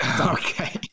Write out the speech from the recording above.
Okay